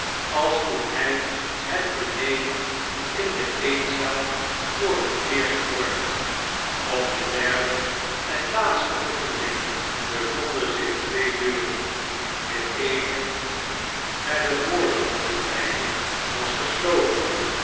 als toen hy bet beneden in de eetzaal voor het eerst hoorde op de derde en laatste verdieping bevonden zich twee deuren de eene die naar den voorzolder geleidde was gesloten